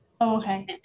okay